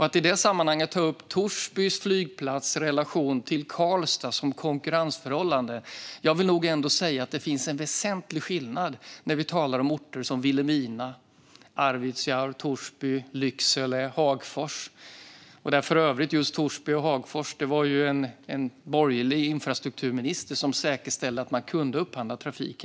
I detta sammanhang tas Torsby flygplats relation till Karlstad upp som ett konkurrensförhållande. Jag vill ändå säga att det finns en väsentlig skillnad när vi talar om orter som Vilhelmina, Arvidsjaur, Torsby, Lycksele eller Hagfors. När det gäller Torsby och Hagfors var det för övrigt en borgerlig infrastrukturminister som säkerställde att man kunde upphandla trafik.